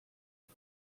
per